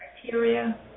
criteria